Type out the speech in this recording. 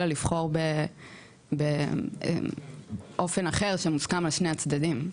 אלא לבחור באופן אחר שמוסכם על שני הצדדים.